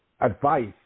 advice